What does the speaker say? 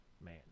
Man